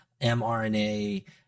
mrna